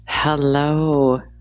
Hello